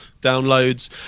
downloads